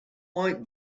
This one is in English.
white